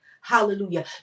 Hallelujah